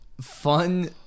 Fun